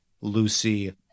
Lucy